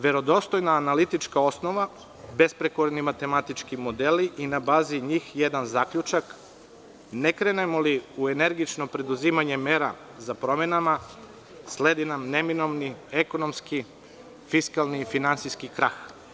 Verodostojna analitička osnova, besprekorni matematički modeli i na bazi njih jedan zaključak – ne krenemo li u energično preduzimanje mera za promenama, sledi nam neminovni ekonomski fiskalni i finansijski krah.